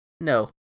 No